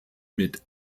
mit